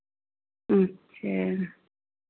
अच्छा